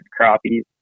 crappies